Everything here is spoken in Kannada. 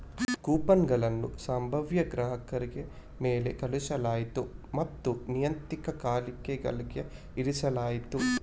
ಕೂಪನುಗಳನ್ನು ಸಂಭಾವ್ಯ ಗ್ರಾಹಕರಿಗೆ ಮೇಲ್ ಕಳುಹಿಸಲಾಯಿತು ಮತ್ತು ನಿಯತಕಾಲಿಕೆಗಳಲ್ಲಿ ಇರಿಸಲಾಯಿತು